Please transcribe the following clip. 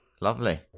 lovely